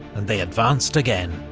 and they advanced again.